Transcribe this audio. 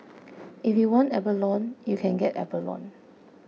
if you want abalone you can get abalone